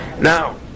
now